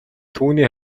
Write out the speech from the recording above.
түүний